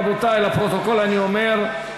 רבותי, לפרוטוקול אני אומר.